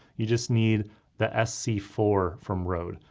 you just need the s c four from rode.